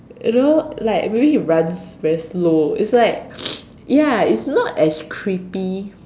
you know like maybe he runs very slow it's like ya it's not as creepy